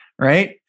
Right